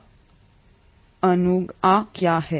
अब अगुआ क्या है